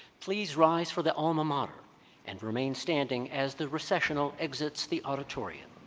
please rise for the alma mater and remain standing as the recessional exits the auditorium.